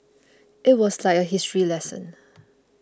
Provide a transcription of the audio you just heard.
it was like a history lesson